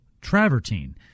travertine